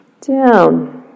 down